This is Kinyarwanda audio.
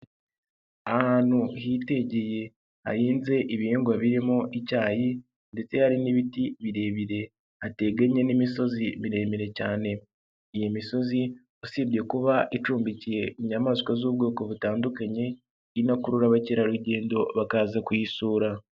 Ahantu hitegeye, hahinze ibihingwa birimo icyayi ndetse hari n'ibiti birebire, hateganye n'imisozi miremire cyane. Iyi misozi usibye kuba icumbikiye inyamaswa z'ubwoko butandukanye, inakurura abakerarugendo bakaza kuyisura.